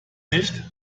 nicht